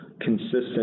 consistent